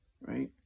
right